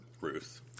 Ruth